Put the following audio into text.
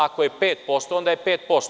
Ako je 5%, onda je 5%